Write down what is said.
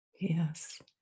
Yes